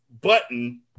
button